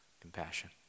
compassion